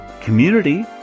community